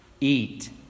eat